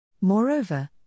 Moreover